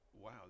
wow